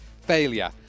failure